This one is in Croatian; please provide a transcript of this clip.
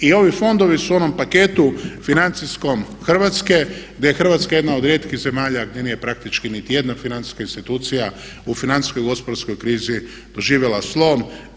I ovi fondovi su u onom paketu financijskom Hrvatske gdje je Hrvatska jedna od rijetkih zemalja gdje nije praktički niti jedna financijska institucija u financijskoj gospodarskoj krizi doživjela slom.